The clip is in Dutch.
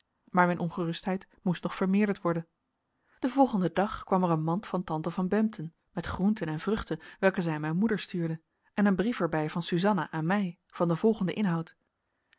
maar mijn ongerustheid moest nog vermeerderd worden den volgenden dag kwam er een mand van tante van bempden met groenten en vruchten welke zij aan mijn moeder stuurde en een brief er bij van suzanna aan mij van den volgenden inhoud